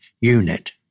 unit